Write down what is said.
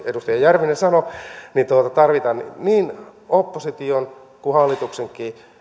edustaja järvinen sanoi siihen tarvitaan kaikkien niin opposition kuin hallituksenkin